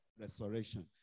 restoration